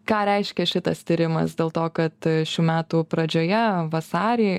ką reiškia šitas tyrimas dėl to kad šių metų pradžioje vasarį